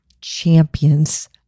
champions